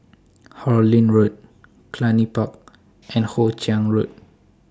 Harlyn Road Cluny Park and Hoe Chiang Road